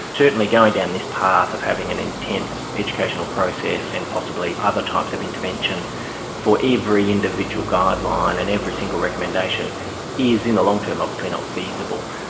certainly going down this path of having an intense educational process and possibly other types of interventions for every individual guideline and every single recommendation is in the long-term obviously not feasible.